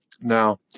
Now